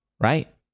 right